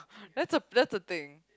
that's a that's a thing